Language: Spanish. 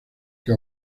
que